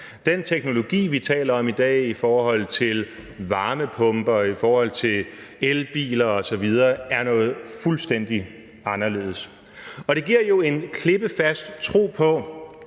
Den teknologi, vi taler om i dag, i forhold til varmepumper og i forhold til elbiler osv. er fuldstændig anderledes, og det giver jo en klippefast tro på,